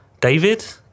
David